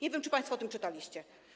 Nie wiem, czy państwo o tym czytaliście.